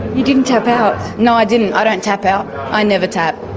you didn't tap out? no, i didn't. i don't tap out. i never tap.